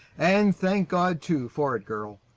and thank god, too, for it, girl.